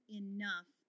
enough